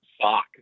sock